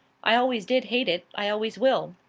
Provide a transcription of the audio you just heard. i always did hate it. i always will.